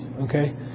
Okay